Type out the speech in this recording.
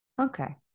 okay